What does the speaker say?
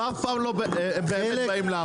הם אף פעם לא באים לעבוד.